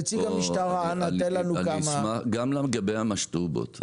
נציג המשטרה נותן לנו כמה --- גם לגבי המשטובות,